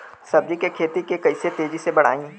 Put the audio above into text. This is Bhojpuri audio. सब्जी के खेती के कइसे तेजी से बढ़ाई?